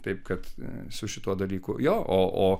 taip kad su šituo dalyku jo o o